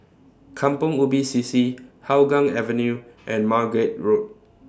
Kampong Ubi C C Hougang Avenue and Margate Road